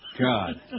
God